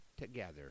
together